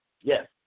Yes